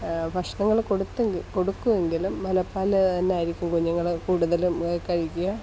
ഭക്ഷണങ്ങൾ കൊടുത്തെങ്കിൽ കൊടുക്കുമെങ്കിലും മുലപ്പാൽ തന്നായിരിക്കും കുഞ്ഞുങ്ങൾ കൂടുതലും കഴിക്കുക